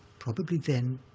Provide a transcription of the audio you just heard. probably then,